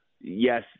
Yes